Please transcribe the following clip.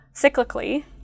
cyclically